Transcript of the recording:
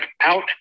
out